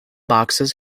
boxes